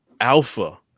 alpha